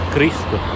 Cristo